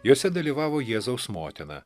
jose dalyvavo jėzaus motina